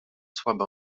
słabe